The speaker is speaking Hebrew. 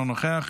אינו נוכח,